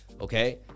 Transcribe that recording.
Okay